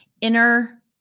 inner